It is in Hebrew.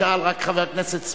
שאל חבר הכנסת סוייד.